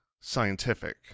Scientific